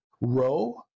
row